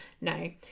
No